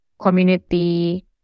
community